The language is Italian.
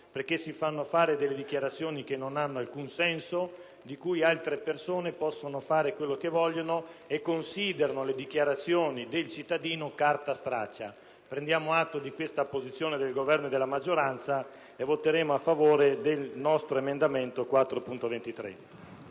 perché si fanno fare delle dichiarazioni che non hanno alcun senso, di cui altre persone possono fare quello che vogliono e considerarle carta straccia. Prendiamo atto di questa posizione del Governo e della maggioranza. Noi voteremo a favore dell'emendamento 4.23,